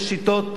יש שיטות,